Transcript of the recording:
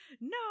No